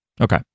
Okay